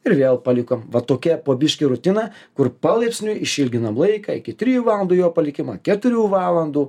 ir vėl palikom va tokia po biškį rutina kur palaipsniui išilginam laiką iki trijų valandų jo palikimą keturių valandų